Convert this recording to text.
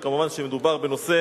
וכמובן מדובר בנושא